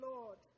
Lord